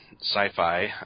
Sci-Fi